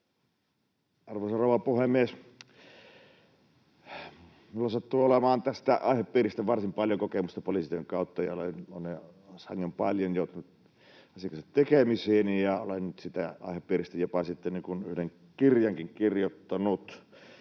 Arvoisa rouva puhemies! Minulla sattuu olemaan tästä aihepiiristä varsin paljon kokemusta poliisityön kautta, ja olen sangen paljon joutunut asian kanssa tekemisiin ja olen siitä aihepiiristä jopa yhden kirjankin kirjoittanut.